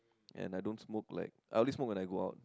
and I don't smoke like I only smoke when I go out